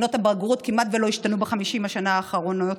בחינות הבגרות כמעט לא השתנו ב-50 השנים האחרונות,